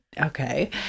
Okay